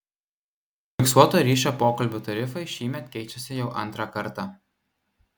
fiksuoto ryšio pokalbių tarifai šįmet keičiasi jau antrą kartą